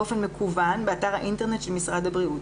באופן מקוון באתר האינטרנט של משרד הבריאות.